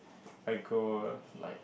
I grow like